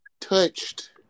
touched